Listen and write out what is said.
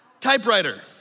typewriter